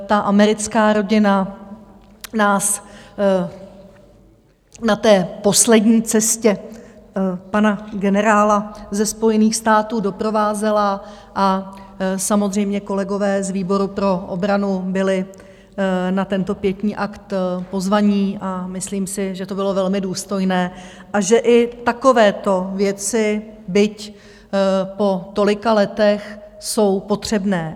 Ta americká rodina nás na té poslední cestě pana generála ze Spojených států doprovázela a samozřejmě kolegové z výboru pro obranu byli na tento pietní akt pozvaní a myslím si, že to bylo velmi důstojné a že i takovéto věci, byť po tolika letech, jsou potřebné.